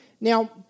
Now